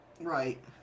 Right